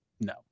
No